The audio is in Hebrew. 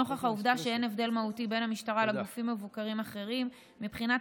נוכח העובדה שאין הבדל מהותי בין המשטרה לבין גופים מבוקרים אחרים מבחינת